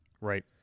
Right